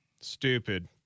stupid